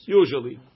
usually